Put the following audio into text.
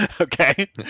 Okay